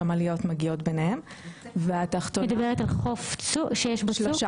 שהמעליות מגיעות ביניהן --- את מדברת על חוף שיש בו צוק?